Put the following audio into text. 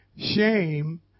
Shame